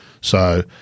So-